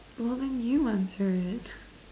well then you answer it